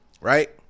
Right